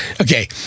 okay